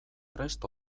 prest